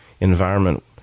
environment